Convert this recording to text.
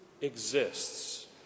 exists